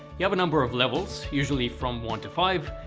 you have a number of levels usually from one to five.